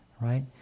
right